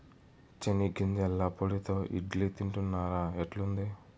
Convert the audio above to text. చెనిగ్గింజల పొడితో ఇడ్లీ తింటున్నారా, ఎట్లుంది